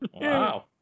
wow